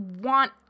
want